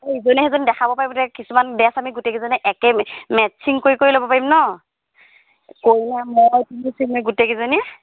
ইজনীয়ে সিজনীক দেখাব পাৰিব এতিয়া কিছুমান ড্ৰেছ আমি গোটেই কেইজনীয়ে একে মেটচিং কৰি কৰি ল'ব পাৰিম নহ্ কৰিনা মই ৰিমি চিমি গোটেইকেইজনীয়ে